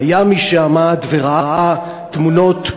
והיה מי שעמד וראה תמונות,